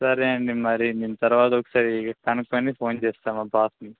సరే అండి మరి నేను తర్వాత ఒకసారి కనుకుని ఫోన్ చేస్తాను మా బాస్ని